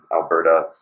Alberta